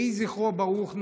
יהי זכרו ברוך.